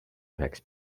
üheks